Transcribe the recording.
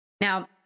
Now